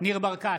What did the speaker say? ניר ברקת,